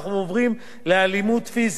ואנחנו עוברים לאלימות פיזית.